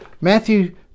Matthew